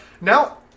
Now